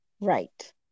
Right